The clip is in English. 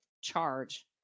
charge